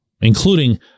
including